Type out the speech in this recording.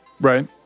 right